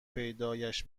پیدایش